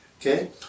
okay